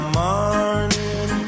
morning